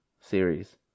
series